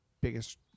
biggest